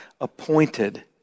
appointed